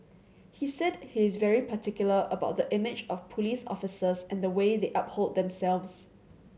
he said he is very particular about the image of police officers and the way they uphold themselves